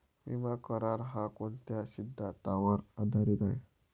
विमा करार, हा कोणत्या सिद्धांतावर आधारीत आहे?